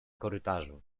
korytarzu